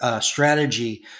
strategy